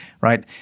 Right